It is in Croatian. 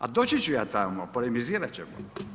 A doći ću ja tamo, polemizirat ćemo.